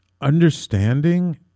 understanding